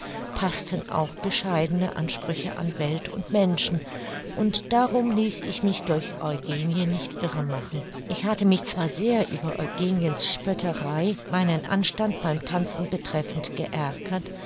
paßten auch bescheidene ansprüche an welt und menschen und darum ließ ich mich durch eugenie nicht irre machen ich hatte mich zwar sehr über eugeniens spötterei meinen anstand beim tanzen betreffend geärgert